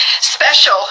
special